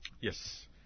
Yes